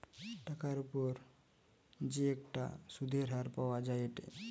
টাকার উপর যে একটা সুধের হার পাওয়া যায়েটে